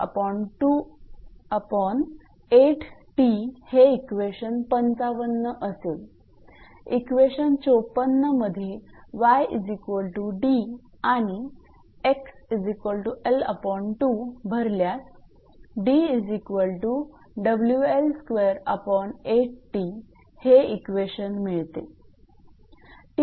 म्हणूनच हे इक्वेशन 55 असेल इक्वेशन 54 मध्ये 𝑦𝑑 आणि 𝑥𝐿2 भरल्यास हे इक्वेशन मिळते